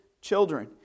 children